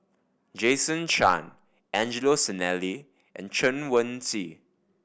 Jason Chan Angelo Sanelli and Chen Wen Hsi